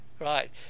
Right